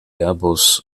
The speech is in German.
airbus